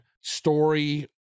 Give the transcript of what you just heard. story